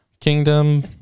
kingdom